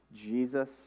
Jesus